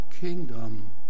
kingdom